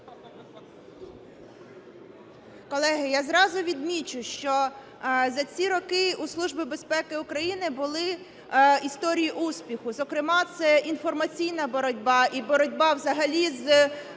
Колеги, я зразу відмічу, що за ці роки у Служби безпеки України були історії успіху, зокрема це інформаційна боротьба і боротьба взагалі з